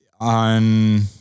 on